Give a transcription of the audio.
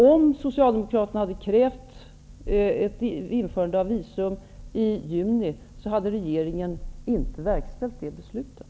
Om Socialdemokraterna hade krävt ett införande av visumtvång i juni, hade regeringen inte verkställt det kravet.